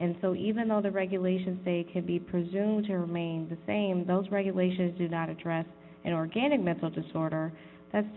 and so even though the regulations they can be presumed to remain the same those regulations do not address an organic mental disorder that's